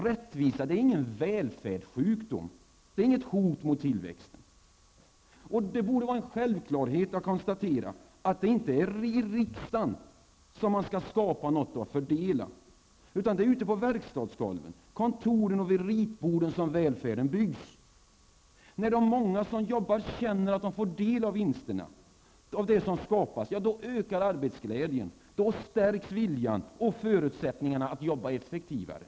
Rättvisa är ingen välfärdssjukdom, inget hot mot tillväxten. Det borde vara en självklarhet att konstatera att det inte är riksdagen som skall skapa något att fördela. Det är ute på verkstadsgolven, kontoren och vid ritborden som välfärden byggs. När de som jobbar känner att de får del av de vinster som skapas ökar arbetsglädjen, stärks viljan och förutsättningarna att jobba effektivare.